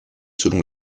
selon